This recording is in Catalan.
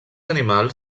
animals